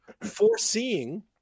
foreseeing